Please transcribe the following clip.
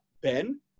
ben